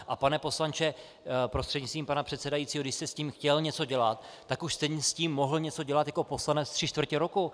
A pane poslanče, prostřednictvím pana předsedajícího, když jste s tím chtěl něco dělat, tak už jste s tím mohl něco dělat jako poslanec tři čtvrtě roku!